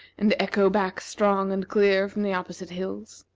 and echo back strong and clear from the opposite hills.